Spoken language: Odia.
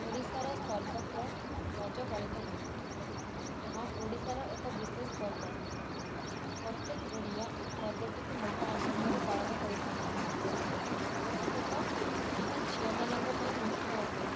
ଓଡ଼ିଶାର ସର୍ବତ୍ର ରଜ ପାଳିତ ହୁଏ ଏହା ଓଡ଼ିଶାର ଏକ ବିଶେଷ ପର୍ବ ପ୍ରତ୍ୟେକ ଓଡ଼ିଆ ଏ ପର୍ବଟିକୁ ମହା ଆନନ୍ଦରେ ପାଳନ କରିଥାଆନ୍ତି ବିଶେଷତଃ ଏହା ଝିଅମାନଙ୍କ ପାଇଁ ମୁଖ୍ୟ ଅଟେ